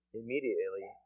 immediately